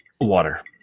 Water